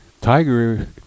Tiger